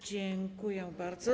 Dziękuję bardzo.